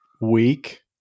week